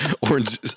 orange